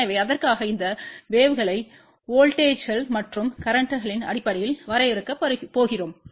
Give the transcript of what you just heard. எனவே அதற்காக இந்த வேவ்களை வோல்ட்டேஜ்ங்கள் மற்றும் கரேன்ட்ங்களின் அடிப்படையில் வரையறுக்கப் போகிறோம்